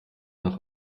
nach